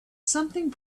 something